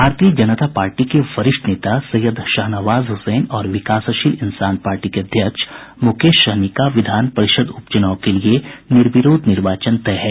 भारतीय जनता पार्टी के वरिष्ठ नेता सैयद शाहनवाज हुसैन और विकासशील इंसान पार्टी के अध्यक्ष मुकेश सहनी का विधान परिषद उपचुनाव के लिये निर्विरोध निर्वाचन तय है